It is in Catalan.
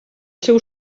seu